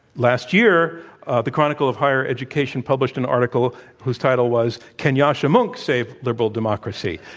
last year the chronicle of higher education published an article whose title was can yascha mounk save liberal democracy?